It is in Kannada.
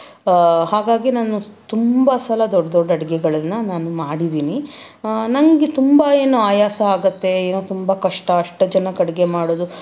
ಹಾಗಾಗಿ ನಾನು ತುಂಬ ಸಲ ದೊಡ್ಡ ದೊಡ್ಡ ಅಡುಗೆಗಳನ್ನ ನಾನು ಮಾಡಿದ್ದೀನಿ ನನಗೆ ತುಂಬ ಏನೋ ಆಯಾಸ ಆಗತ್ತೆ ಏನೋ ತುಂಬ ಕಷ್ಟ ಅಷ್ಟು ಜನಕ್ಕೆ ಅಡುಗೆ ಮಾಡೋದು